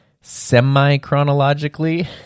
semi-chronologically